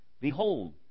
Behold